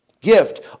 Gift